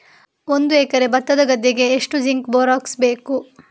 ಒಂದು ಎಕರೆ ಭತ್ತದ ಗದ್ದೆಗೆ ಎಷ್ಟು ಜಿಂಕ್ ಬೋರೆಕ್ಸ್ ಬೇಕು?